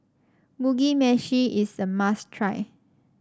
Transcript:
Mugi Meshi is a must try